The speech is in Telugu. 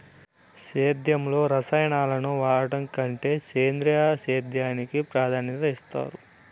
సేద్యంలో రసాయనాలను వాడడం కంటే సేంద్రియ సేద్యానికి ప్రాధాన్యత ఇస్తారు